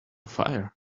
fire